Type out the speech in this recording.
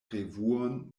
revuon